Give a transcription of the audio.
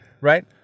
right